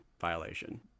violation